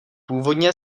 původně